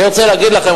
אני רוצה להגיד לכם,